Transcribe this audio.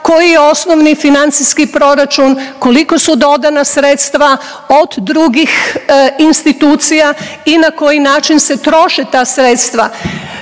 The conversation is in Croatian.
koji je osnovni financijski proračun, koliko su dodana sredstva od drugih institucija i na koji način se troše ta sredstva.